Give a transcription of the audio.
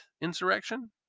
insurrection